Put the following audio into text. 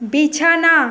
বিছানা